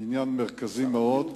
עניין מרכזי מאוד,